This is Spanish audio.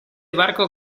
barco